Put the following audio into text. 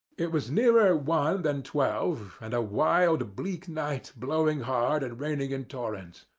it was nearer one than twelve, and a wild, bleak night, blowing hard and raining in torrents.